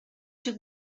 took